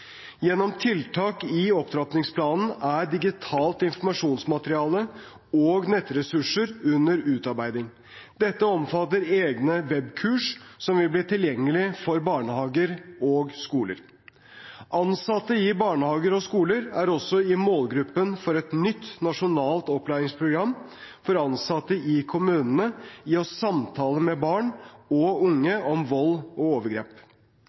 Gjennom tiltak i opptrappingsplanen er digitalt informasjonsmateriale og nettressurser under utarbeiding. Dette omfatter egne webkurs, som vil bli tilgjengelige for barnehager og skoler. Ansatte i barnehager og skoler er også i målgruppen for et nytt nasjonalt opplæringsprogram for ansatte i kommunene i å samtale med barn og unge om vold og overgrep.